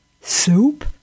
soup